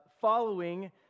Following